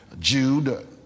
Jude